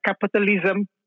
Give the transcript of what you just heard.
capitalism